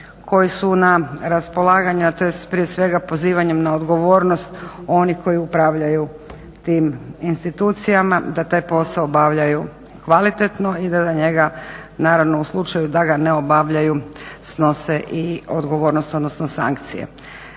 koji su na raspolaganju, a to je prije svega pozivanjem na odgovornost onih koji upravljaju tim institucijama da taj posao obavljaju kvalitetno i da na njega u slučaju da ga ne obavljaju snose i odgovornost odnosno sankcije.